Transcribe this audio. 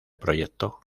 proyecto